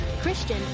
christian